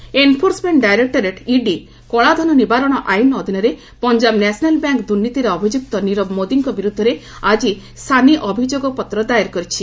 ED Nirav enforcement directorate ED କଳାଧନ ନିବାରଣ ଆଇନ୍ ଅଧୀନରେ ପଞ୍ଜାବ ନ୍ୟାସନାଲ୍ ବ୍ୟାଙ୍କ୍ ଦୁର୍ନୀତିରେ ଅଭିଯୁକ୍ତ ନୀରବ ମୋଦିଙ୍କ ବିରୁଦ୍ଧରେ ଆଜି ସାନି ଅଭିଯୋଗପତ୍ର ଦାଏର କରିଛି